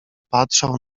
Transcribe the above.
patrzał